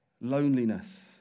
loneliness